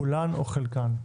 כולן או חלקן.